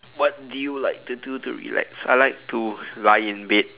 what do you like to do to relax I like to lie in bed